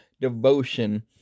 devotion